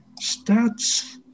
stats